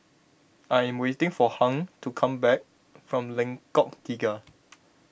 I am waiting for Hung to come back from Lengkok Tiga